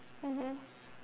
mmhmm